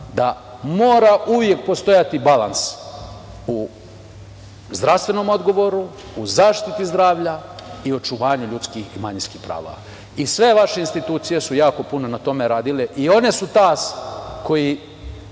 da mora uvek postojati balans u zdravstvenom odgovoru, u zaštiti zdravlja i očuvanju ljudskih i manjinskih prava. Sve vaše institucije su jako puno na tome radile i one su tas koji